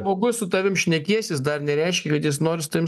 žmogus su tavim šnekėsis dar nereiškia kad jis nori su tavim